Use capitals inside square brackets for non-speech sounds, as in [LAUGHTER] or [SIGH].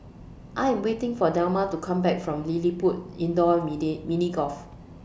I Am waiting For Delma to Come Back from LilliPutt Indoor [UNINTELLIGIBLE] Mini Golf